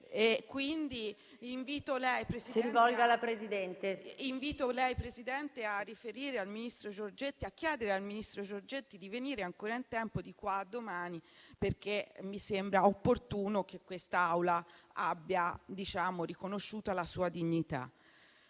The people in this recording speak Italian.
Quindi invito lei, Presidente, a chiedere al ministro Giorgetti di venire qua domani - è ancora in tempo - perché mi sembra opportuno che questa Aula abbia riconosciuta la sua dignità.